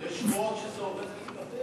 יש שמועות שזה עומד להיפתר.